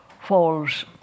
falls